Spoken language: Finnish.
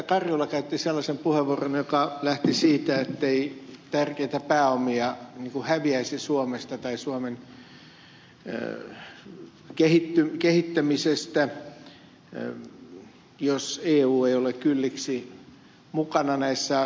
karjula käytti sellaisen puheenvuoron joka lähti siitä ettei tärkeitä pääomia häviäisi suomesta tai suomen kehittämisestä jos eu ei ole kylliksi mukana näissä asioissa